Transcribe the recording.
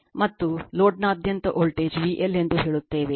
ಮತ್ತು ಲೋಡ್ನಾದ್ಯಂತ voltage VL ಎಂದು ಹೇಳುತ್ತೇವೆ